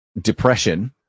depression